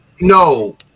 No